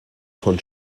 von